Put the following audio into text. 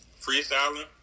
freestyling